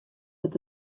dat